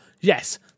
Yes